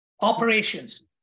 operations